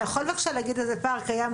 אתה יכול בבקשה להגיד איזה פער קיים?